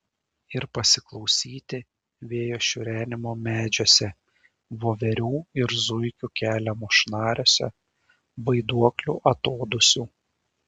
ir pasiklausyti vėjo šiurenimo medžiuose voverių ir zuikių keliamo šnaresio vaiduoklių atodūsių